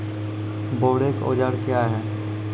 बोरेक औजार क्या हैं?